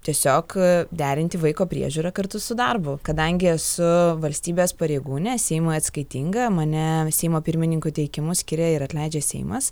tiesiog derinti vaiko priežiūrą kartu su darbu kadangi esu valstybės pareigūnė seimui atskaitinga mane seimo pirmininko teikimu skiria ir atleidžia seimas